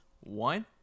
One